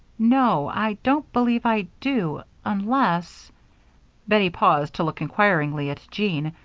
no, i don't believe i do, unless bettie paused to look inquiringly at jean,